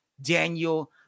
Daniel